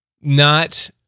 not-